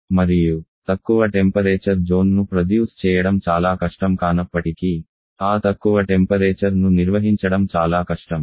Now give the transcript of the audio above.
మరియు తక్కువ టెంపరేచర్ జోన్ను ఉత్పత్తి చేయడం చాలా కష్టం కానప్పటికీ ఆ తక్కువ టెంపరేచర్ ను నిర్వహించడం చాలా కష్టం